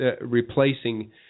replacing